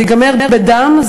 זה ייגמר בדם,